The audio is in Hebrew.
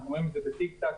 אנחנו רואים את זה ב-טי טק.